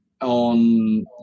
on